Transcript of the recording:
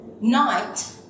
night